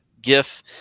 gif